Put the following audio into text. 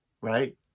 right